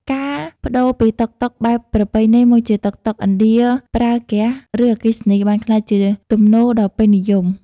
ការប្តូរពីតុកតុកបែបប្រពៃណីមកជាតុកតុកឥណ្ឌាប្រើហ្គាស ឬអគ្គិសនី បានក្លាយជាទំនោរដ៏ពេញនិយម។